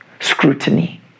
scrutiny